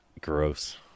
gross